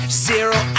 zero